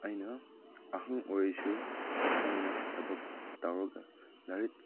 ꯑꯩꯅ ꯑꯍꯟ ꯑꯣꯏꯔꯁꯨ ꯃꯣꯏꯅ ꯊꯕꯛ ꯇꯧꯔꯒ ꯂꯥꯏꯔꯤꯛ